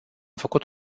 făcut